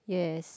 yes